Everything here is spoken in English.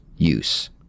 use